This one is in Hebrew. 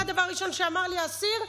מה הדבר הראשון שאמר לי האסיר?